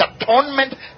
atonement